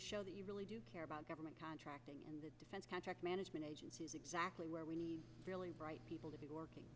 show that you really do care about government contracting and the defense contract management agency is exactly where we really bright people to be working